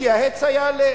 כי ההיצע יעלה.